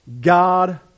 God